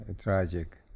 tragic